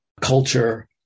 culture